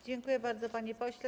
Dziękuję bardzo, panie pośle.